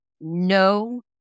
no